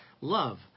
Love